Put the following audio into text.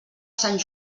sant